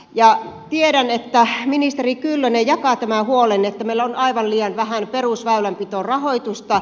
tiedän että ministeri kyllönen jakaa tämän huolen että meillä on aivan liian vähän perusväylänpitorahoitusta